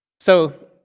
so